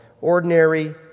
Ordinary